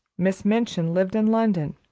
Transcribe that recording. miss minchin lived in london.